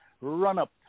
run-up